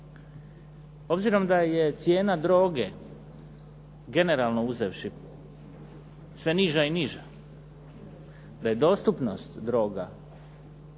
Obzirom da je cijena droge generalno uzevši sve niža i niža, da je dostupnost droga